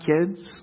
kids